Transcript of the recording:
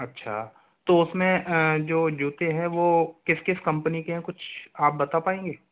अच्छा तो उसमें जो जूते हैं वो किस किस कंपनी के हैं कुछ आप बता पाएंगे